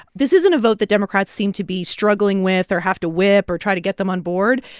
this isn't a vote that democrats seem to be struggling with or have to whip or try to get them on board.